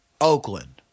Oakland